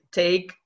take